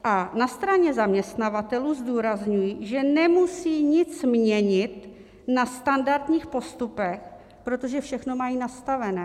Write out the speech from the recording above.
A na straně zaměstnavatelů zdůrazňuji, že nemusí nic měnit na standardních postupech, protože všechno mají nastavené.